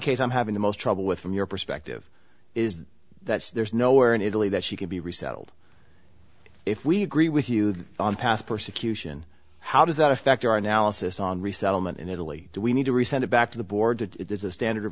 case i'm having the most trouble with from your perspective is that there's nowhere in italy that she can be resettled if we agree with you on past persecution how does that affect our analysis on resettlement in italy we need to reset it back to the board that it is a standard of